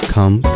Come